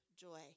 joy